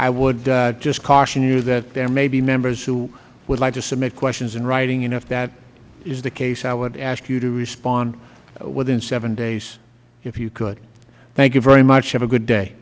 i would just caution you that there may be members who would like to submit questions in writing and if that is the case i would ask you to respond within seven days if you could thank you very much have a good day